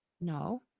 No